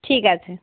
ঠিক আছে